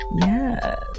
yes